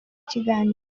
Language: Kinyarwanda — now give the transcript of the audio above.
kiganiro